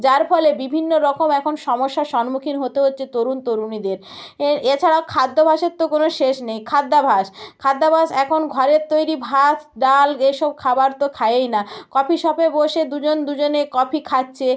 যার ফলে বিভিন্ন রকম এখন সমস্যার সন্মুখীন হতে হচ্ছে তরুণ তরুণীদের এর এছাড়াও খাদ্যাভাসের তো কোনো শেষ নেই খাদ্যাভাস খাদ্যাভাস এখন ঘরের তৈরি ভাত ডাল এসব খাবার তো খায়েই না কফি শপে বসে দুজন দুজনে কফি খাচ্ছে